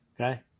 Okay